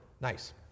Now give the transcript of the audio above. Nice